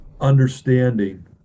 understanding